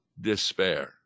despair